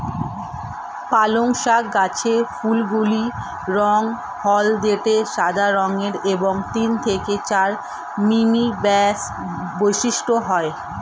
পালং শাক গাছের ফুলগুলি রঙ হলদেটে সাদা রঙের এবং তিন থেকে চার মিমি ব্যাস বিশিষ্ট হয়